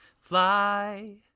fly